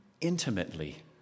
intimately